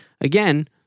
again